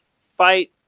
fight